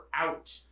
out